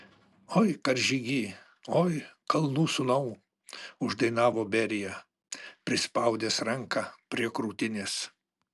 oi karžygy oi kalnų sūnau uždainavo berija prispaudęs ranką prie krūtinės